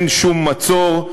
אין שום מצור,